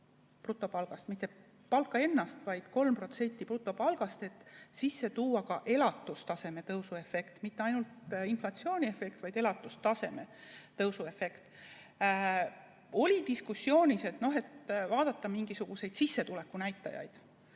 brutopalgast – mitte palka ennast, vaid 3% brutopalgast –, et sisse tuua ka elatustaseme tõusu efekt, mitte ainult inflatsiooniefekt, vaid ka elatustaseme tõusu efekt. Oli diskussioon, kas vaadata ka mingisuguseid sissetuleku näitajaid.